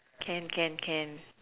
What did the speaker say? can can can